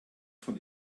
von